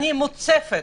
אני מוצפת